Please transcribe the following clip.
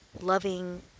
loving